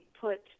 put